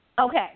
Okay